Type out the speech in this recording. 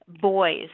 Boys